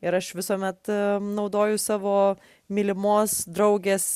ir aš visuomet naudoju savo mylimos draugės